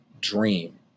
dream